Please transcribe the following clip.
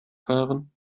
fahren